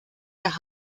der